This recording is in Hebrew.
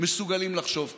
מסוגלים לחשוב ככה.